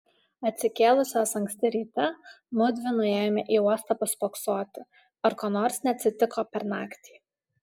atsikėlusios anksti rytą mudvi nuėjome į uostą paspoksoti ar ko nors neatsitiko per naktį